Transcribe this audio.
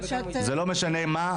זה לא משנה מה,